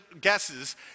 guesses